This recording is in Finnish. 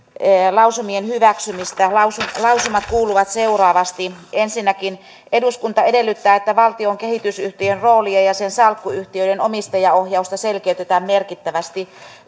lausumien hyväksymistä lausumat lausumat kuuluvat seuraavasti ensinnäkin eduskunta edellyttää että valtion kehitysyhtiön roolia ja ja sen salkkuyhtiöiden omistajaohjausta selkeytetään merkittävästi